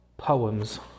poems